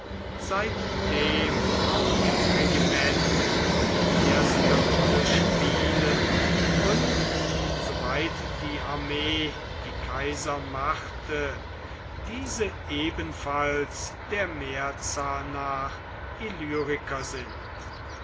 seitdem auch im regiment die erste rolle spielen und soweit die armee die kaiser machte diese ebenfalls der mehrzahl nach illyriker sind